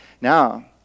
Now